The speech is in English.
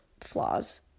flaws